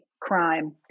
crime